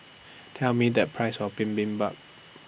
Tell Me The Price of Bibimbap